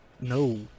no